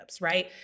right